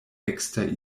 ekster